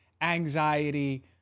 anxiety